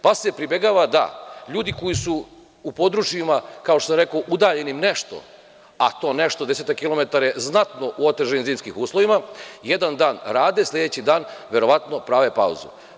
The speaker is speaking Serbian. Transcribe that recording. Pa, se pribegava da ljudi koji su u područjima kao što sam rekao udaljenim nešto, a to nešto, desetak kilometara je znatno u otežanim zimskim uslovima, jedan dan rade, sledeći dan verovatno prave pauzu.